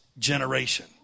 generation